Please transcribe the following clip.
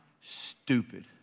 stupid